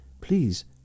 Please